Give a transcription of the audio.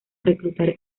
reclutar